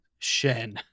Shen